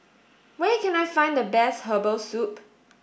where can I find the best herbal soup